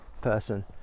person